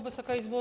Wysoka Izbo!